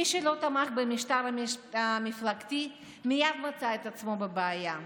מי שלא תמך במשטר המפלגתי מייד מצא את עצמו בבעיה.